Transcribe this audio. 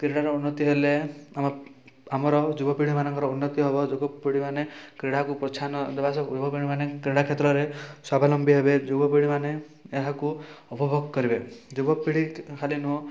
କ୍ରୀଡ଼ାର ଉନ୍ନତି ହେଲେ ଆମ ଆମର ଯୁବପିଢ଼ିମାନଙ୍କର ଉନ୍ନତି ହେବ ଯୁବପିଢ଼ିମାନେ କ୍ରୀଡ଼ାକୁ ପ୍ରୋତ୍ସାହନ ଦେବା ଯୋଗୁଁ ଯୁବପିଢ଼ିମାନେ କ୍ରୀଡ଼ା କ୍ଷେତ୍ରରେ ସ୍ୱାବଲମ୍ବୀ ହେବେ ଯୁବପିଢ଼ିମାନେ ଏହାକୁ ଉପଭୋଗ କରିବେ ଯୁବପିଢ଼ି ଖାଲି ନୁହଁ